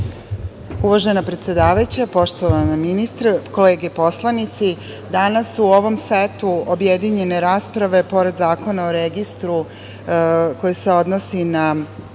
Uvažena predsedavajuća, poštovana ministre, kolege poslanici, danas u ovom setu objedinjene rasprave pored Zakona o registru koji se odnosi na